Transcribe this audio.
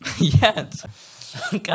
Yes